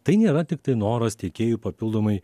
tai nėra tiktai noras tiekėjui papildomai